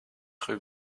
rue